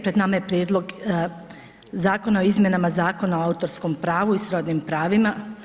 Pred nama je Prijedlog zakona o izmjenama Zakona o autorskom pravu i srodnim pravima.